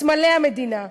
בסמלי המדינה,